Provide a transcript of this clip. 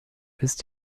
ist